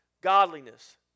godliness